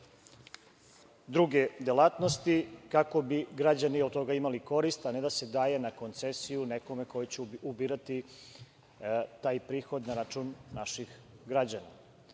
druge delatnosti, kako bi građani od toga imali korist, a ne da se daje na koncesiju nekome ko će ubirati taj prihod na račun naših građana. Mislimo